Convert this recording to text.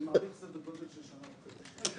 אני מעריך סדר גודל של שנה וחצי-שנתיים.